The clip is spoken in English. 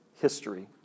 history